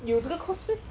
你有这个 course meh